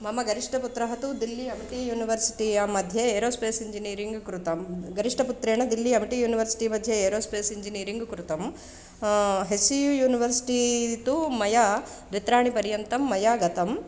मम कनिष्ठपुत्रः तु Delhi A V T university य् मध्ये एरोस्पेस् इञ्जिनियरिङ्ग् कृतं कनिष्ठपुत्रः Delhi A V T university मध्ये एरोस्पेस् इञ्जिनियरिङ्ग् कृतं हेच् सि युनिवस्रिटि तु मया द्वित्राणिपर्यन्तं मया गतं